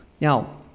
Now